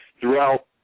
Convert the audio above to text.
throughout